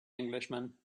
englishman